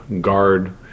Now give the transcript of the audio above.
guard